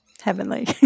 heavenly